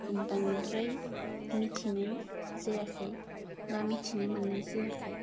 बांद्राय मिथिनाय जायाखै बा मिथिनो मोननाय जायाखै